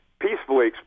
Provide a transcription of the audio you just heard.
peacefully